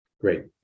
Great